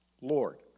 Lord